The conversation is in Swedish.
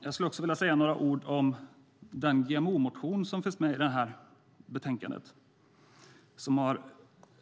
Jag skulle också vilja säga några ord om den GMO-motion som finns med i det här betänkandet. Den har gett upphov